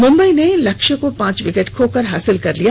मुंबई ने लक्ष्य को पांच विकेट खोकर हासिल कर लिया